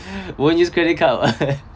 won't use credit card